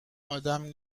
آدم